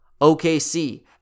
OKC